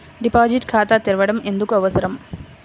Deposit ఖాతా తెరవడం ఎందుకు అవసరం?